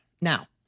Now